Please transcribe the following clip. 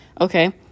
Okay